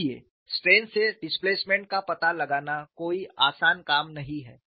देखिए स्ट्रेन से डिस्प्लेसमेंट का पता लगाना कोई आसान काम नहीं है